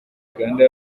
uganda